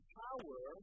power